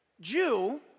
Jew